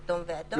כתום ואדום.